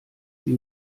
sie